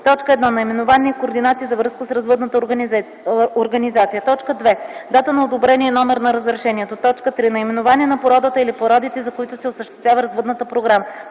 1. наименование и координати за връзка с развъдната организация; 2. дата на одобрение и номер на разрешението; 3. наименование на породата или породите, за които се осъществява развъдната програма”.